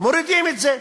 מורידים את זה,